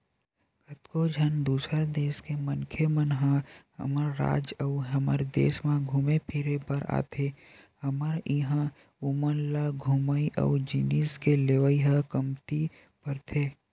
कतको झन दूसर देस के मनखे मन ह हमर राज अउ हमर देस म घुमे फिरे बर आथे हमर इहां ओमन ल घूमई अउ जिनिस के लेवई ह कमती परथे